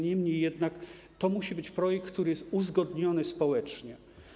Niemniej jednak to musi być projekt, który jest uzgodniony społecznie.